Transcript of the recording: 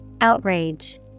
Outrage